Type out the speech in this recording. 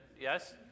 Yes